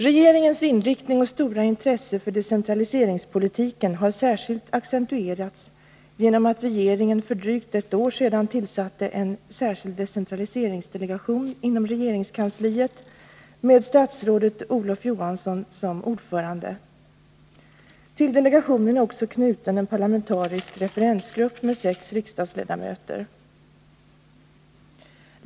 Regeringens inriktning och stora intresse för decentraliseringspolitiken har särskilt accentuerats genom att regeringen för drygt ett år sedan tillsatte en särskild decentraliseringsdelegation inom regeringskansliet med statsrådet Olof Johansson som ordförande. Till delegationen är också knuten en parlamentarisk referensgrupp med sex riksdagsledamöter.